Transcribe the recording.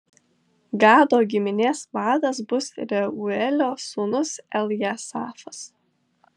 gado giminės vadas bus reuelio sūnus eljasafas